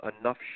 enough